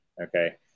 Okay